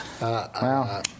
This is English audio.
Wow